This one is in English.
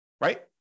right